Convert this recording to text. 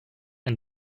and